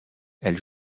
elle